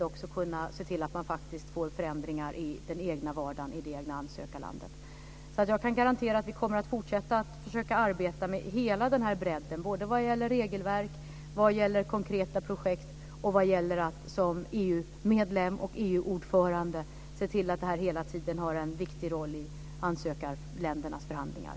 Det skulle absolut inte funka att kräva att de nu ska avveckla institutionerna. Det skulle helt klart bli en backlash. Min vädjan är att Sverige, som ordförandeland, och regeringen verkligen lyfter den här frågan rejält och vågar ta diskussionen med regeringarna i de här ansökarländerna och naturligtvis även i andra f.d. öststater.